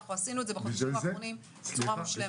אנחנו עשינו את זה בחודשים האחרונים בצורה מושלמת.